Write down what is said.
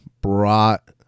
brought